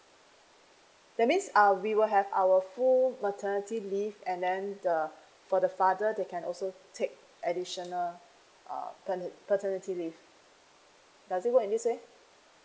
that means uh we will have our full maternity leave and then the for the father they can also take additional uh pater~ paternity leave does it work in this way